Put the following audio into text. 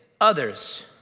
others